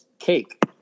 Cake